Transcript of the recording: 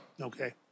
Okay